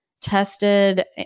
tested